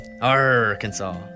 Arkansas